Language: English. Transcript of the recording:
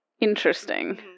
Interesting